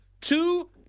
two